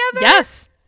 Yes